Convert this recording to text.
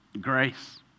Grace